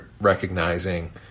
recognizing